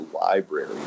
library